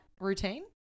routine